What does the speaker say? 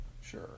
Sure